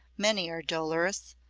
many are dolorous,